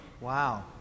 wow